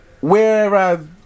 whereas